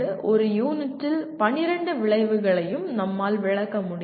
ஒரு யூனிட்டில் 12 விளைவுகளையும் நம்மால் விளக்க முடியாது